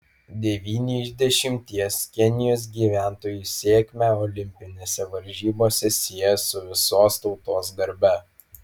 devyni iš dešimties kenijos gyventojų sėkmę olimpinėse varžybose sieja su visos tautos garbe